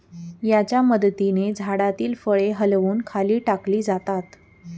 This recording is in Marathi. याच्या मदतीने झाडातील फळे हलवून खाली टाकली जातात